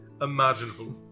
imaginable